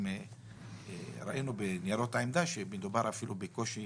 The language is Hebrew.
ראינו בניירות העמדה, שמדובר בקושי